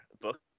book